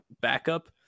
backup